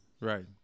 Right